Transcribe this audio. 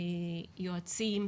יועצים,